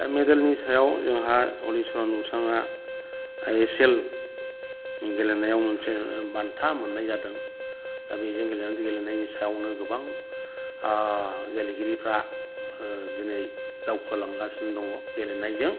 दा मेदेलनि सायाव जोंहा हलिचरन बिथाङा आइ एस एल गेलेनायाव मोनसे बान्था मोन्नाय जादों दा बेजों गेलेनायनि सायावनो गोबां गेलेगिरिफ्रा दिनै दावखोलांगासिनो दंङ गेलेनायजों